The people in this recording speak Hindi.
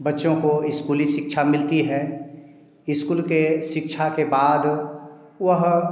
बच्चों को स्कूली शिक्षा मिलती है स्कूल के शिक्षा के बाद वह